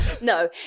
no